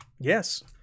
Yes